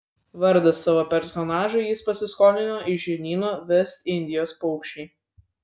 vardą savo personažui jis pasiskolino iš žinyno vest indijos paukščiai